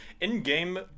In-game